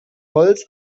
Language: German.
holz